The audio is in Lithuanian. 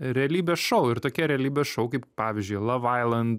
realybės šou ir tokie realybės šou kaip pavyzdžiui lavailand